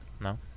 No